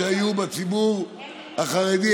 אם היו בציבור החרדי,